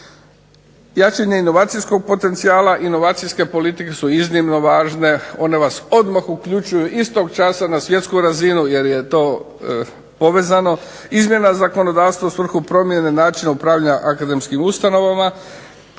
Jačanje inovacijskog potencijala i inovacijske politike su iznimno važne, one vas odmah uključuju istog časa na svjetsku razinu jer je to povezano. Izmjena zakonodavstva u svrhu promjene načina upravljanja akademskim ustanovama,